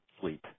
sleep